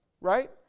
Right